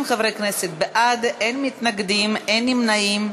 50 חברי כנסת בעד, אין מתנגדים, אין נמנעים,